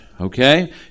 okay